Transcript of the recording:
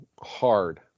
hard